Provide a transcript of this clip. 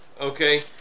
Okay